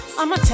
I'ma